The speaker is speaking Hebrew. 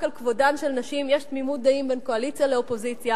על כבודן של נשים יש תמימות דעים בין קואליציה לאופוזיציה,